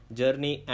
journey